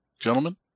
Gentlemen